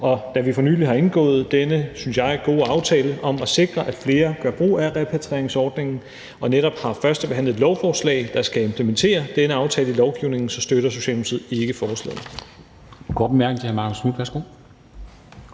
Da vi for nylig har indgået denne, synes jeg, gode aftale om at sikre, at flere gør brug af repatrieringsordningen, og netop har førstebehandlet et lovforslag, der skal implementere denne aftale i lovgivningen, så støtter Socialdemokratiet ikke forslaget.